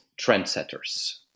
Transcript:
trendsetters